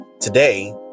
Today